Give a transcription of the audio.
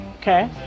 okay